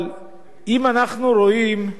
אבל אם אנחנו רואים,